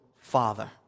father